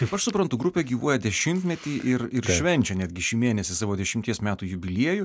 kaip aš suprantu grupė gyvuoja dešimtmetį ir ir švenčia netgi šį mėnesį savo dešimties metų jubiliejų